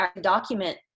document